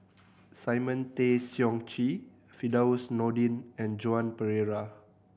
Simon Tay Seong Chee Firdaus Nordin and Joan Pereira